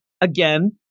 again